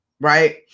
right